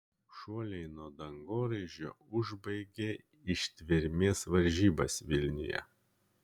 šuoliai nuo dangoraižio užbaigė ištvermės varžybas vilniuje